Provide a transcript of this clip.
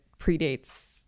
predates